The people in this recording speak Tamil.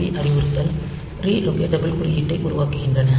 பி அறிவுறுத்தல் ரி லொகெட்டபிள் குறியீட்டை உருவாக்குகின்றன